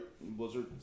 Blizzard